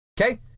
Okay